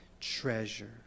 treasure